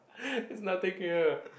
there's nothing here